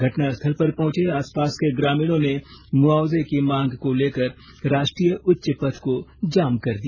घटनास्थल पर पहुंचे आसपास के ग्रामीणों ने मुआवजे की मांग को लेकर राष्ट्रीय उच्च पथ को जाम कर दिया